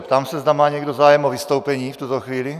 Ptám se, zda má někdo zájem o vystoupení v tuto chvíli.